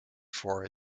for